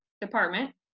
department